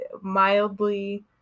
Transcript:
mildly